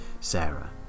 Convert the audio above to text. Sarah